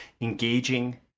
engaging